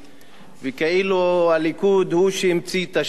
וכאילו הליכוד הוא שהמציא את השיטה הזאת.